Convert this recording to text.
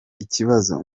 ikibazo